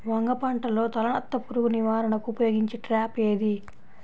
వంగ పంటలో తలనత్త పురుగు నివారణకు ఉపయోగించే ట్రాప్ ఏది?